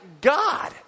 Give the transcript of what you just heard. God